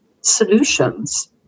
solutions